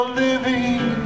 living